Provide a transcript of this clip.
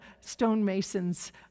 stonemasons